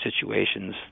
situations